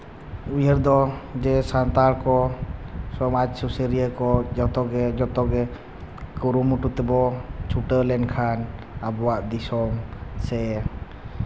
ᱩᱭᱦᱟᱹᱨ ᱫᱚ ᱡᱮ ᱥᱟᱱᱛᱟᱲ ᱠᱚ ᱥᱚᱢᱟᱡᱽ ᱥᱩᱥᱟᱹᱨᱤᱭᱟᱹ ᱠᱚ ᱡᱚᱛᱚᱜᱮ ᱡᱚᱛᱚᱜᱮ ᱠᱩᱨᱩᱢᱩᱴᱩ ᱛᱮᱠᱚ ᱪᱷᱩᱴᱟᱹᱣ ᱞᱮᱱᱠᱷᱟᱱ ᱟᱵᱚᱣᱟᱜ ᱫᱤᱥᱚᱢ ᱥᱮ